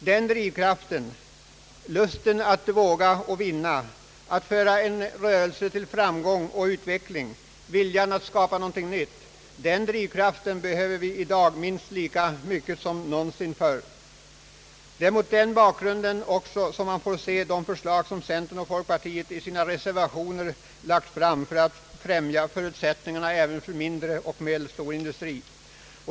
Den drivkraften: lusten att våga och vinna, att föra en rörelse till framgång och utveckling, viljan att skapa någonting nytt — den behöver vi i dag minst lika mycket som någonsin förr. Det är mot den bakgrunden man får se de förslag som centern och folkpartiet i sina reservationer lagt fram för att främja förutsättningarna även för mindre och medelstor industri.